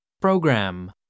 Program